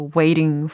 waiting